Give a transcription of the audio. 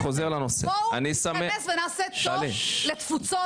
--- בואו נתכנס ונעשה טוב לתפוצות